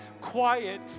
quiet